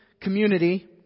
community